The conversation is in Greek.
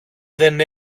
δεν